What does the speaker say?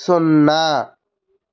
సున్నా